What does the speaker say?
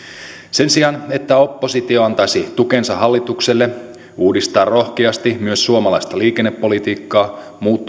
sen sijaan että oppositio antaisi tukensa hallitukselle uudistaa rohkeasti myös suomalaista liikennepolitiikkaa